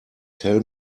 tell